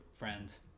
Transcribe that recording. friends